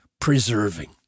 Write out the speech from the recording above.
preserving